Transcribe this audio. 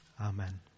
Amen